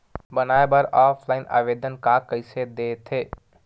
बनाये बर ऑफलाइन आवेदन का कइसे दे थे?